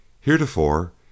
Heretofore